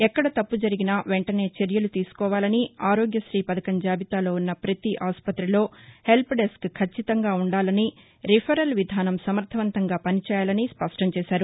ఎక్కడ తప్ప జరిగినా వెంటనే చర్యలు తీసుకోవాలని ఆరోగ్యశీ పథకం జాబితాలో ఉన్న ప్రతీ ఆసుపతిలో హెల్బ్ డెస్క్ ఖచ్చితంగా ఉండాలని రిఫరల్ విధానం సమర్దవంతంగా పని చేయాలని స్పష్టం చేశారు